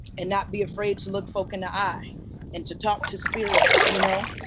and not be afraid to look folk in the eye and to talk to spirit you know?